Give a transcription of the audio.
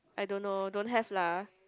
I don't know don't have lah